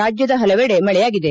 ರಾಜ್ಯದ ಪಲವೆಡೆ ಮಳೆಯಾಗಿದೆ